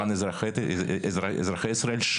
אזרחי ישראל,